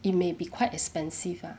it may be quite expensive lah